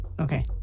Okay